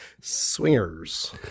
Swingers